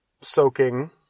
soaking